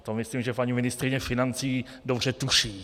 To myslím, že paní ministryně financí dobře tuší.